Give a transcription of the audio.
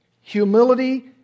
humility